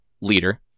leader